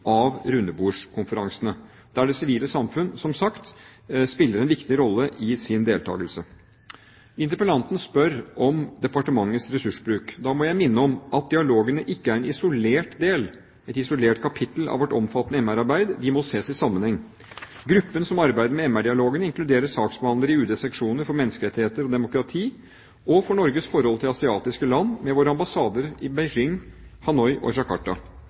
av rundebordskonferansene, der det sivile samfunn som sagt spiller en viktig rolle ved sin deltakelse. Interpellanten spør om departementets ressursbruk. Da må jeg minne om at dialogene ikke er en isolert del – et isolert kapittel – av vårt omfattende MR-arbeid, de må ses i sammenheng. Gruppen som arbeider med MR-dialogene inkluderer saksbehandlere i UDs seksjoner for menneskerettigheter og demokrati og for Norges forhold til asiatiske land ved våre ambassader i Beijing, Hanoi og Jakarta.